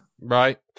Right